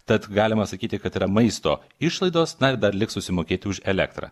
tad galima sakyti kad yra maisto išlaidos na ir dar liks susimokėti už elektrą